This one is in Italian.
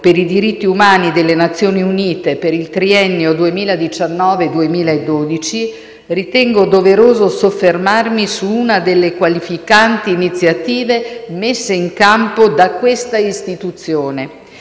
per i diritti umani delle Nazioni Unite per il triennio 2019-2022 - ritengo doveroso soffermarmi su una delle qualificanti iniziative messe in campo da questa istituzione.